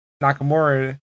Nakamura